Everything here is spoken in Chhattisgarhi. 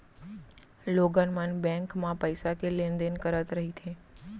लोगन मन बेंक म पइसा के लेन देन करत रहिथे